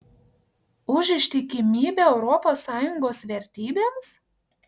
už ištikimybę europos sąjungos vertybėms